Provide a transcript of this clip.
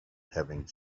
having